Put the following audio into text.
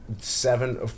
seven